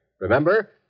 Remember